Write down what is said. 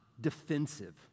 defensive